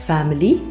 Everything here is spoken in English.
Family